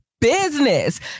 business